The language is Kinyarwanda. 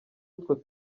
utwo